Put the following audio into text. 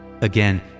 Again